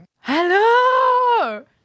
Hello